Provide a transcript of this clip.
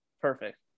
perfect